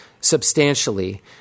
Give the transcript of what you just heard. substantially